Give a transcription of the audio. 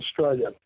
Australia